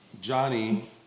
Johnny